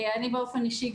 אני באופן אישי,